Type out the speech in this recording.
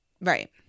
Right